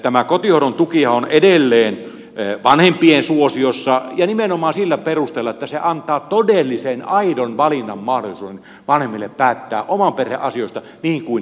tämä kotihoidon tukihan on edelleen vanhempien suosiossa ja nimenomaan sillä perusteella että se antaa todellisen aidon valinnan mahdollisuuden vanhemmille päättää oman perheen asioista niin kuin he lystäävät